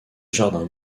jardin